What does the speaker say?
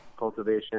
cultivation